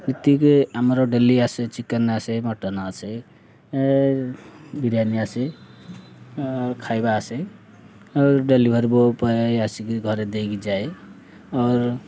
ଏଠିକି ଆମର ଡେଲି ଆସେ ଚିକେନ୍ ଆସେ ମଟନ୍ ଆସେ ବିରିୟାନୀ ଆସେ ଖାଇବା ଆସେ ଆଉ ଡେଲିଭରି ବଏ ଆସିକି ଘରେ ଦେଇକି ଯାଏ ଆର୍